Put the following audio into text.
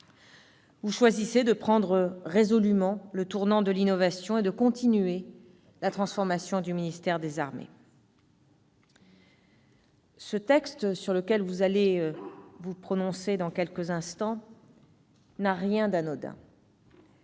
Vous choisissez de prendre résolument le tournant de l'innovation et de continuer la transformation du ministère des armées. Ce texte, sur lequel vous allez vous prononcer dans quelques instants, n'a rien d'anodin.